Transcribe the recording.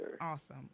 awesome